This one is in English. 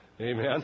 Amen